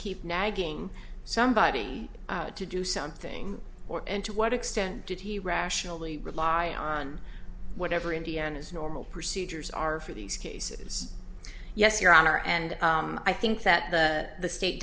keep nagging somebody to do something or and to what extent did he rationally rely on whatever indiana's normal procedures are for these cases yes your honor and i think that the state